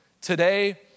today